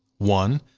one,